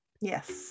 yes